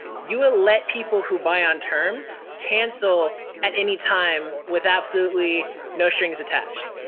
you will let people who buy on terms cancel at any time with absolutely no strings attached.